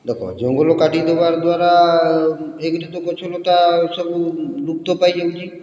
ଦେଖ ଜଙ୍ଗଲ କାଟିଦେବା ଦ୍ୱାରା ଏକ୍ରେ ତ ଗଛଲତା ସବୁ ଲୁପ୍ତ ପାଇଯାଉଛି